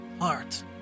heart